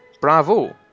Bravo